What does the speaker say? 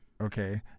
okay